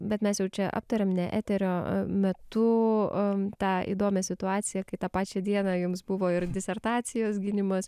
bet mes jau čia aptarėm ne eterio metu tą įdomią situaciją kai tą pačią dieną jums buvo ir disertacijos gynimas